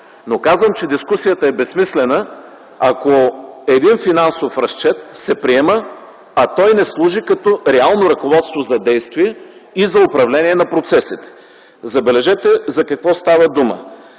Но казвам, че дискусията е безсмислена, ако един финансов разчет се приема, а той не служи като реално ръководство за действие и за управление на процесите. Забележете за какво става дума.